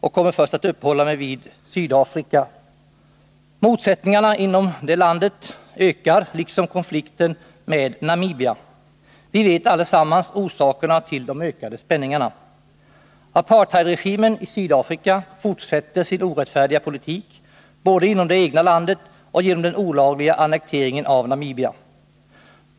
och kommer först att uppehålla mig vid Sydafrika. Motsättningarna inom Sydafrika ökar. Även konflikten när det gäller Namibia förvärras. Vi vet allesammans orsakerna till de ökade spänningarna. Apartheidregimen i Sydafrika fortsätter sin orättfärdiga politik, både inom det egna landet och genom den olagliga annekteringen av Namibia.